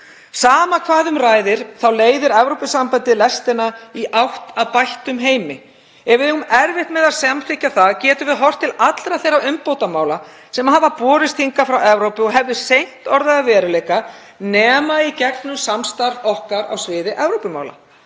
Sama hvað um ræðir þá leiðir Evrópusambandið lestina í átt að bættum heimi. Ef við eigum erfitt með að samþykkja það getum við horft til allra þeirra umbótamála sem hafa borist hingað frá Evrópu og hefðu seint orðið að veruleika nema í gegnum samstarf okkar á sviði Evrópumála.